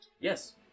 Yes